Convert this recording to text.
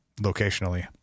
locationally